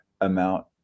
amount